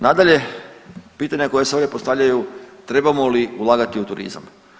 Nadalje, pitanja koja se uvijek postavljaju, trebamo li ulagati u turizam.